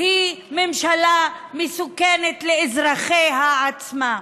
היא ממשלה מסוכנת לאזרחיה עצמה,